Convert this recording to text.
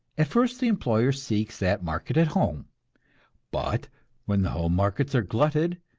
at first the employer seeks that market at home but when the home markets are glutted,